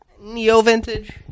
Neo-vintage